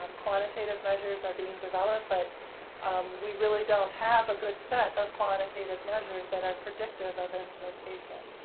um quantitative measures are being developed, but we really don't have a good set of quantitative measures that are predictive of implementation.